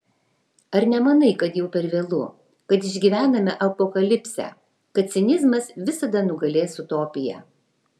ar nemanai kad jau per vėlu kad išgyvename apokalipsę kad cinizmas visada nugalės utopiją